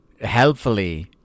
helpfully